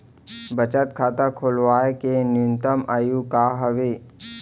बचत खाता खोलवाय के न्यूनतम आयु का हवे?